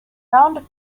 round